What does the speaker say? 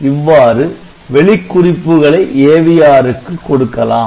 இவ்வாறு வெளிக்குறிப்புகளை AVR க்கு கொடுக்கலாம்